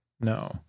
No